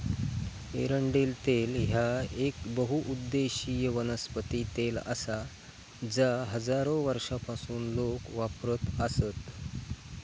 एरंडेल तेल ह्या येक बहुउद्देशीय वनस्पती तेल आसा जा हजारो वर्षांपासून लोक वापरत आसत